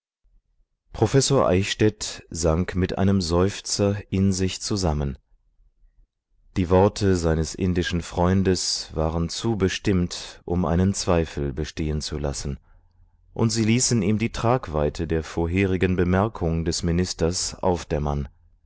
professor eichstädt sank mit einem seufzer in sich zusammen die worte seines indischen freundes waren zu bestimmt um einen zweifel bestehen zu lassen und sie ließen ihm die tragweite der vorherigen bemerkung des ministers aufdämmern